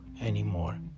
anymore